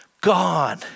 gone